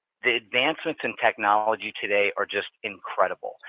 the advancements in technology today are just incredible.